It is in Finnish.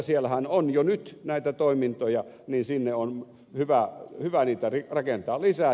siellähän on jo nyt näitä toimintoja ja sinne on hyvä niitä rakentaa lisää